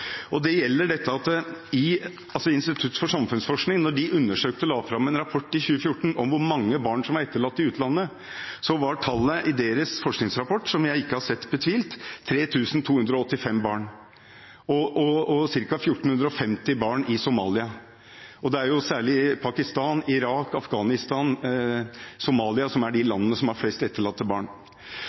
Institutt for samfunnsforskning undersøkte og la fram en rapport i 2014 om hvor mange barn som var etterlatt i utlandet, var tallet i deres forskningsrapport, som jeg ikke har sett betvilt, 3 285 barn, ca. 1 450 barn i Somalia. Det er særlig Pakistan, Irak, Afghanistan og Somalia som er de landene som har flest etterlatte barn.